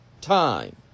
time